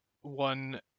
one